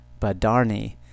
Badarni